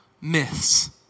myths